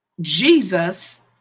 Jesus